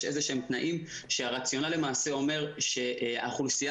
יש תנאים שהרציונל למעשה אומר שהאוכלוסייה